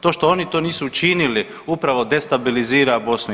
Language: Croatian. To što oni to nisu učinili upravo destabilizira BiH.